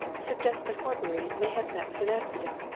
suggests that horbury may have met with an accident,